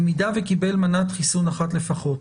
במידה שקיבל מנת חיסון אחת לפחות.